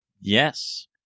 Yes